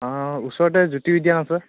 অঁ ওচৰতে জ্যোতি উদ্যান আছে